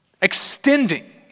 Extending